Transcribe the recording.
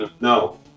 no